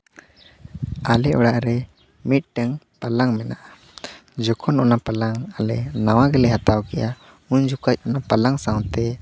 ᱟᱞᱮ ᱚᱲᱟᱜ ᱨᱮ ᱢᱤᱫᱴᱟᱹᱝ ᱯᱟᱞᱟᱝᱠ ᱢᱮᱱᱟᱜᱼᱟ ᱡᱚᱠᱷᱚᱱ ᱚᱱᱟ ᱯᱟᱞᱟᱝᱠ ᱱᱟᱣᱟ ᱜᱮᱞᱮ ᱦᱟᱛᱟᱣ ᱠᱮᱜᱼᱟ ᱩᱱ ᱡᱚᱠᱷᱚᱡ ᱚᱱᱟ ᱯᱟᱞᱟᱝᱠ ᱥᱟᱶᱛᱮ